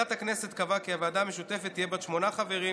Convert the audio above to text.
ועדת הכנסת קבעה כי הוועדה המשותפת תהיה בת שמונה חברים,